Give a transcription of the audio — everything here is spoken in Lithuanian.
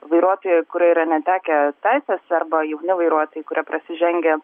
vairuotojai kurie yra netekę teisės arba jauni vairuotojai kurie prasižengę